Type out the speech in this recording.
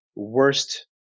Worst